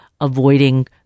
avoiding